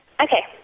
Okay